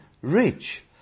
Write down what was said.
rich